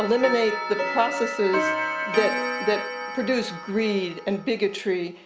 eliminate the processes that that produce greed, and bigotry,